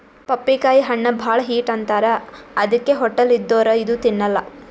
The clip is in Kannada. ಪಪ್ಪಿಕಾಯಿ ಹಣ್ಣ್ ಭಾಳ್ ಹೀಟ್ ಅಂತಾರ್ ಅದಕ್ಕೆ ಹೊಟ್ಟಲ್ ಇದ್ದೋರ್ ಇದು ತಿನ್ನಲ್ಲಾ